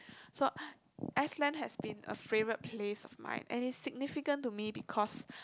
so Iceland has been a favourite place of mine and it's significant to me because